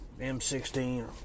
M16